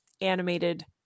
animated